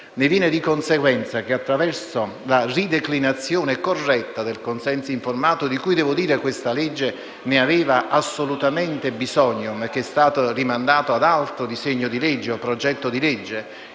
Ne viene di conseguenza che attraverso la rideclinazione corretta del consenso informato, di cui devo dire questo provvedimento aveva assolutamente bisogno ma che è stato rimandato ad altro progetto di legge in corso di esame